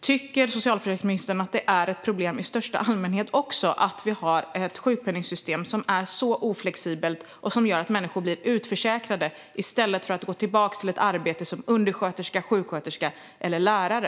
Tycker socialförsäkringsministern att det är ett problem i största allmänhet att vi har ett sjukpenningsystem som är så oflexibelt och som gör att människor blir utförsäkrade i stället för att gå tillbaka till ett arbete som undersköterska, sjuksköterska eller lärare?